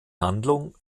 handlung